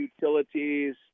utilities